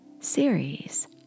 series